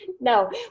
No